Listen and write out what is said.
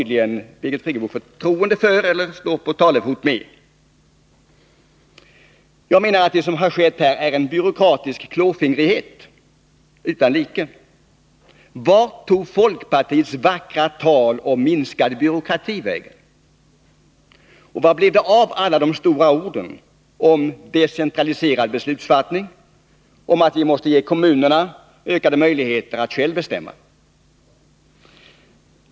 Det som har skett är en byråkratisk klåfingrighet utan like. Vart tog folkpartiets vackra tal om minskad byråkrati vägen? Och vad blev det av alla stora ord om decentraliserat beslutsfattande, om att vi måste ge kommunerna ökade möjligheter att själva bestämma?